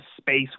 space